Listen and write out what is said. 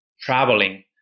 traveling